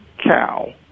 cow